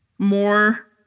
more